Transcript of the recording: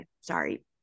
sorry